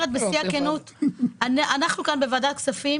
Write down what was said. אנחנו בוועדת כספים